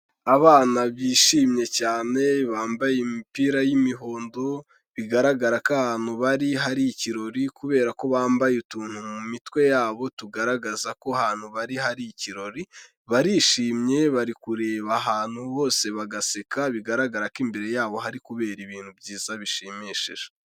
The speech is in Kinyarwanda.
Abana bishimye cyane bambaye imipira y'imihondo, bigaragara ko ahantu bari hari ikirori kubera ko bambaye utuntu mu mitwe yabo tugaragaza ko ahantu bari hari ikirori, barishimye bari kureba ahantu bose bagaseka bigaragara ko imbere yabo hari kubera ibintu byiza bishimishije.